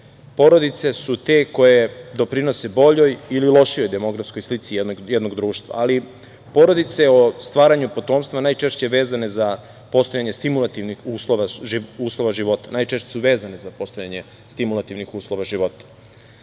porodice su te koje doprinose boljoj ili lošijoj demografskoj slici jednog društva, ali porodice o stvaranju potomstva najčešće su vezane za postojanje stimulativnih uslova života,